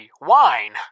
wine